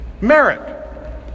merit